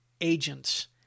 agents